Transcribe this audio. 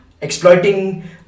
exploiting